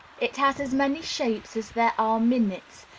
it has as many shapes as there are minutes,